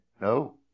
no